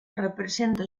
representa